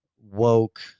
woke